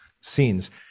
scenes